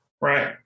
Right